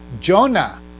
Jonah